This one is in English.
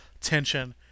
tension